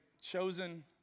chosen